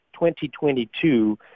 2022